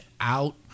out